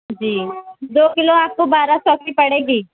جی دو کلو آپ کو بارہ سو کی پڑے گی